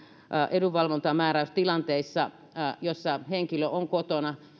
edunvalvontaanmääräystilanteissa joissa henkilö on kotona